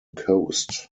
coast